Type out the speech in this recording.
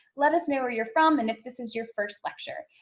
let us know where you're from and if this is your first lecture.